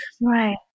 Right